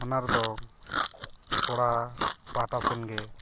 ᱚᱱᱟ ᱨᱮᱫᱚ ᱠᱚᱲᱟ ᱯᱟᱦᱴᱟ ᱥᱮᱱᱜᱮ